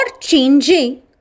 changing